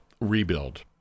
rebuild